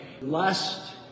lust